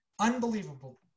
Unbelievable